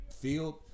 field